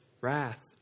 Wrath